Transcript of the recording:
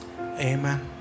amen